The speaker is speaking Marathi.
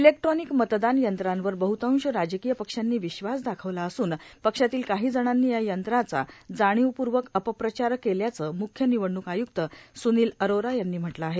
इलेक्ट्रानिक मतदान यंत्रांवर बहतांश राजकीय पक्षांनी विश्वास दाखवला असून पक्षातील काही जणांनी या यंत्रांचा जाणीवपूर्वक अपप्रचार केल्याचं मुख्य निवडणूक आयुक्त सुनिल अरोरा यांनी म्हटलं आहे